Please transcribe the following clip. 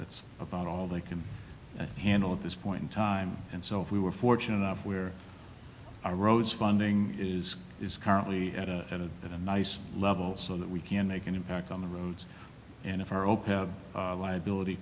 that's about all they can handle at this point in time and so if we were fortunate enough where our roads funding is is currently at a at a nice level so that we can make an impact on the roads and if our open liability